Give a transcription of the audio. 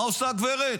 מה עושה הגברת?